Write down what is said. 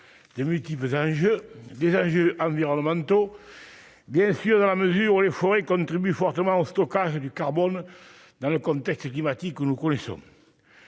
de multiples enjeux, des enjeux environnementaux, bien sûr, dans la mesure où les forêts contribuent fortement au stockage du carbone dans le contexte climatique que nous connaissons.